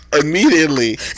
immediately